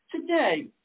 Today